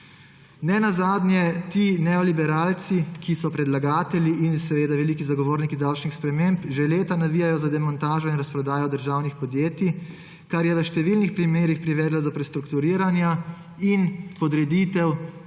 Nenazadnje ti neoliberalci, ki so predlagatelji in seveda veliki zagovorniki davčnih sprememb, že leta navijajo za demontažo in razprodajo državnih podjetij, kar je v številnih primerih privedlo do prestrukturiranja in podreditev